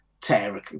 tear